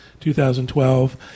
2012